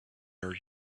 are